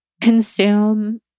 consume